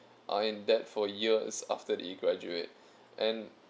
are in that for years after they graduate and